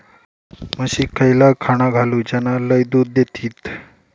म्हशीक खयला खाणा घालू ज्याना लय दूध देतीत?